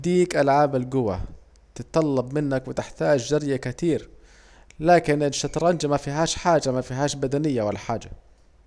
ديك ألعاب الجوه، تطلب منك وتحتاج جري كتير، لكن الشجرنج مفيهاش حاجة مفيهاش بدنية ولا حاجة